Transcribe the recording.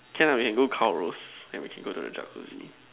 can ah we can go car roast then we can go to the Jacuzzi